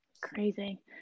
Crazy